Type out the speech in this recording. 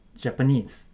Japanese